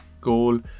goal